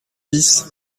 bis